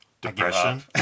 depression